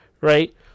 right